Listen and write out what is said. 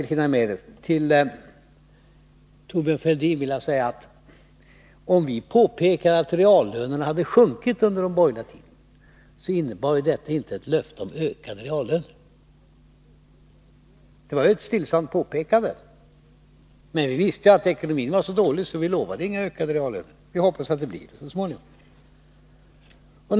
Till Thorbjörn Fälldin vill jag säga, att om vi påpekade att reallönerna hade sjunkit under den borgerliga tiden, innebar det inte ett löfte om ökade reallöner. Det var ett stillsamt påpekande. Men vi visste att ekonomin var mycket dålig, så vi lovade inga ökade reallöner. Vi hoppas att det skall bli förbättringar så småningom.